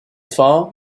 fall